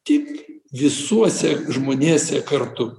tik visuose žmonėse kartu